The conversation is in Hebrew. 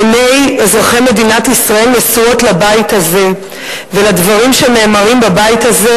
עיני אזרחי מדינת ישראל נשואות לבית הזה ולדברים שנאמרים בבית הזה.